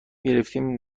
گرفتیم